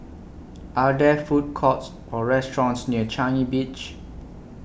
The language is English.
Are There Food Courts Or restaurants near Changi Beach